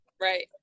Right